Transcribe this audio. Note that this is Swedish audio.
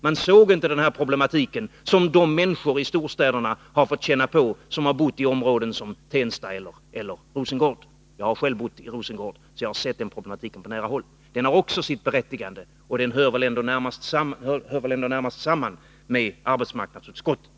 Man såg inte denna problematik, som de människor i storstäderna har fått känna på, som har bott i områden som Tensta eller Rosengård. Jag har själv bott i Rosengård, så jag har sett denna problematik på nära håll. Den har också sitt berättigande, och den hör väl ändå närmast samman med arbetsmarknadsutskottet.